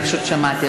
אני פשוט שמעתי,